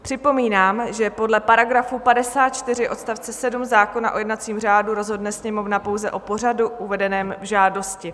Připomínám, že podle § 54 odst. 7 zákona o jednacím řádu rozhodne Sněmovna pouze o pořadu uvedeném v žádosti.